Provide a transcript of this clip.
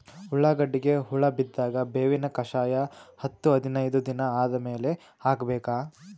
ಉಳ್ಳಾಗಡ್ಡಿಗೆ ಹುಳ ಬಿದ್ದಾಗ ಬೇವಿನ ಕಷಾಯ ಹತ್ತು ಹದಿನೈದ ದಿನ ಆದಮೇಲೆ ಹಾಕಬೇಕ?